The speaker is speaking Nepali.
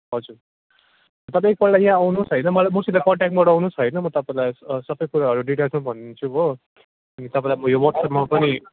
हजुर तपाईँ एकपल्ट यहाँ आउनुहोस् होइन मसित कन्ट्याक्टमा रहनुहोस् होइन म तपाईँलाई सबै कुराहरू डिटेल्समा भनिदिन्छु हो अनि तपाईँलाई म यो वाट्सएपमा पनि